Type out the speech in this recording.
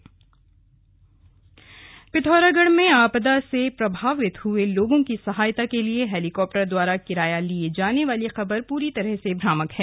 खंडन पिथौरागढ़ में आपदा से प्रभावित हुए लोगों की सहायता के लिए हेलीकॉप्टर द्वारा किराया लिए जाने वाली खबर पूरी तरह से भ्रामक है